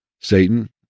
Satan